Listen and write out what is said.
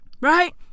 Right